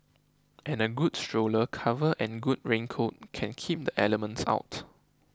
and a good stroller cover and good raincoat can keep the elements out